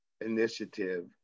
initiative